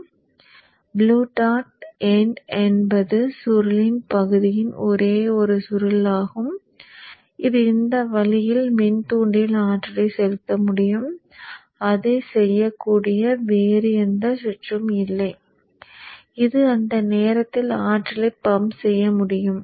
எனவே blue dot end என்பது சுருளின் பகுதியின் ஒரே ஒரு சுருள் ஆகும் இது இந்த வழியில் மின்தூண்டியில் ஆற்றலை செலுத்த முடியும் அதைச் செய்யக்கூடிய வேறு எந்த சுற்றும் இல்லை இது அந்த நேரத்தில் ஆற்றலை பம்ப் செய்ய முடியும்